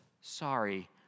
Sorry